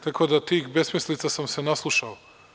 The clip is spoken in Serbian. Tako da, tih besmislica sam se naslušao.